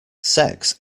sex